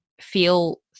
feel